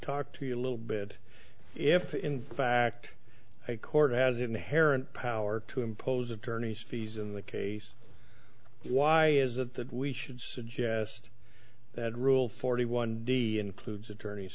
talk to you a little bit if in fact a court has inherent power to impose attorneys fees in the case why is it that we should suggest that rule forty one includes attorneys